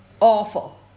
awful